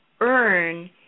Earn